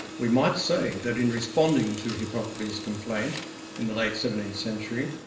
we might say that in responding to hippocrates' complaint in the late-seventeenth century,